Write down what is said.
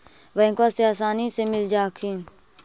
बैंकबा से आसानी मे मिल जा हखिन?